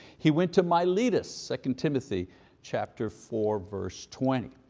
he went to miletus, second timothy chapter four, verse twenty.